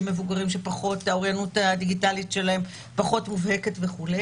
מבוגרים שהאוריינות הדיגיטלית שלהם פחות מובהקת וכו'